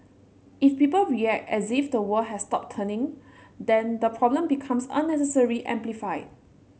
if people react as if the world has stopped turning then the problem becomes unnecessarily amplified